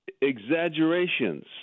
exaggerations